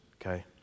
okay